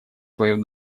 свою